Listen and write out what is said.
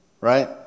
right